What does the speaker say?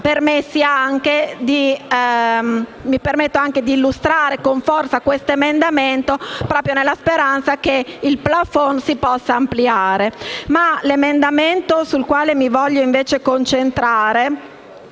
permetto anche di illustrare con forza questo emendamento nella speranza che il plafond si possa ampliare. Ma l’emendamento sul quale mi voglio concentrare